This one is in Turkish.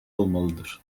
olmalıdır